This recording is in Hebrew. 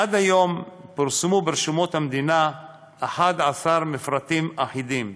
עד היום פורסמו ברשומות המדינה 11 מפרטים אחידים.